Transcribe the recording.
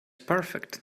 perfect